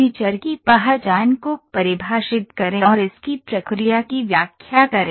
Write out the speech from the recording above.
feature की पहचान को परिभाषित करें और इसकी प्रक्रिया की व्याख्या करें